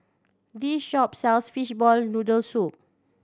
this shop sells fishball noodle soup